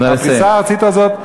הפריסה הארצית הזאת,